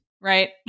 right